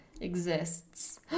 exists